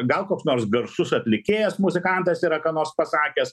gal koks nors garsus atlikėjas muzikantas yra ką nors pasakęs